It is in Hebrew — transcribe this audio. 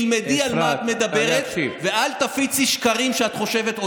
תלמדי על מה את מדברת ואל תפיצי שקרים שאת חושבת,